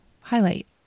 highlight